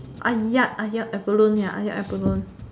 Ah-Yat Ah-Yat abalone ya Ah-Yat abalone